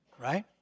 right